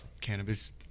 Cannabis